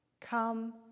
come